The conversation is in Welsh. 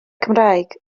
cymraeg